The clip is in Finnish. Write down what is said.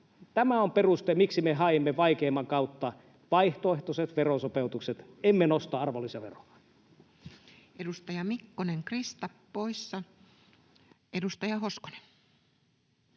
Tämä on peruste, miksi me haimme vaikeimman kautta vaihtoehtoiset verosopeutukset emmekä nosta arvonlisäveroa. Edustaja Mikkonen, Krista, poissa. — Edustaja Hoskonen.